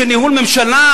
של ניהול ממשלה?